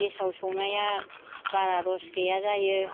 गेसआव संनाया बारा रस गैया जायो